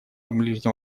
ближнем